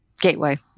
Gateway